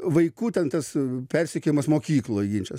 vaikų ten tas persekiojimas mokykloj ginčas